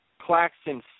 Claxton